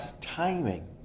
timing